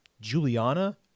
Juliana